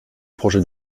projet